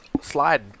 slide